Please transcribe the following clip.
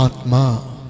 Atma